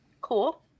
cool